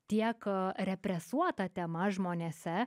tiek represuota tema žmonėse